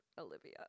Olivia